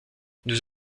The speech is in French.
nous